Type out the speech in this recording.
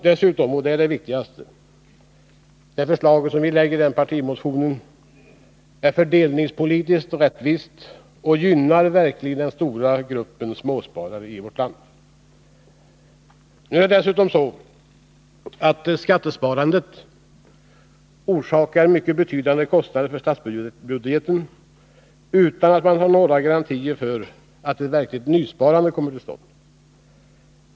Dessutom — och det är det viktigaste — är vårt förslag fördelningspolitiskt rättvist och gynnar verkligen den stora gruppen av småsparare i vårt land. Nu är det dessutom så att skattesparandet orsakar betydande kostnader för statsbudgeten, utan att man har några garantier för att ett verkligt nysparande kommer till stånd.